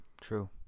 True